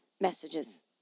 messages